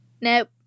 nope